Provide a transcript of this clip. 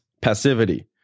passivity